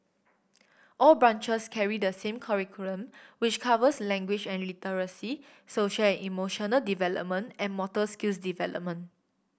all branches carry the same curriculum which covers language and literacy social and emotional development and motor skills development